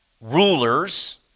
rulers